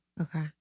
Okay